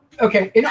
okay